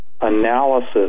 analysis